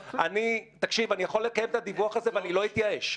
אני יכול לקיים את הוויכוח הזה, ואני לא אתייאש.